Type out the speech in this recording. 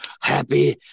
happy